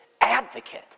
advocate